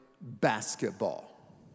basketball